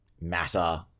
matter